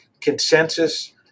consensus